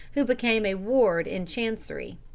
who became a ward in chancery.